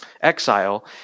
exile